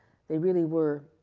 they really were,